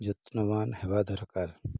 ଯତ୍ନବାନ୍ ହେବା ଦରକାର